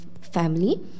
family